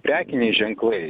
prekiniai ženklai